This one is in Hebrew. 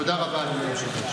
תודה רבה, אדוני היושב-ראש.